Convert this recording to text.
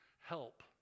help